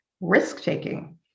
risk-taking